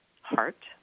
heart